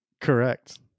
Correct